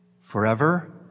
forever